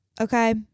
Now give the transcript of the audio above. Okay